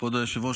כבוד היושב-ראש,